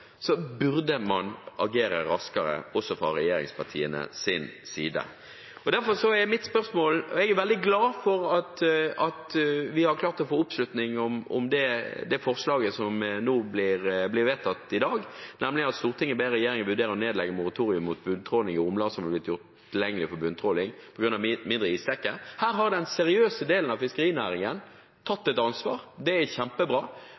burde man agere raskere også fra regjeringspartienes side. Jeg er veldig glad for at vi har klart å få oppslutning om det forslaget til vedtak som nå blir vedtatt i dag: «Stortinget ber regjeringen vurdere å nedlegge moratorium mot bunntråling i områder som er blitt gjort tilgjengelig for bunntråling på grunn av mindre isdekke Her har den seriøse delen av fiskerinæringen tatt et ansvar – det er kjempebra.